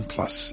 Plus